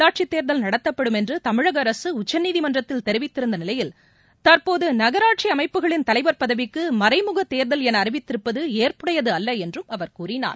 உள்ளாட்சித்தேர்தல் நடத்தப்படும் என்றுதமிழகஅரசுஉச்சநீதிமன்றத்தில் தெரிவித்திருந்தநிலையில் தற்போதுநகராட்சிஅமைப்புகளின் தலைவர் பதவிக்குமறைமுகத் தேர்தல் எனஅறிவித்திருப்பதுஏற்புடையதுஅல்லஎன்றும் அவர் கூறினார்